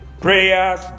prayers